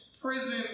prison